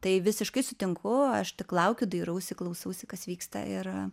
tai visiškai sutinku aš tik laukiu dairausi klausausi kas vyksta ir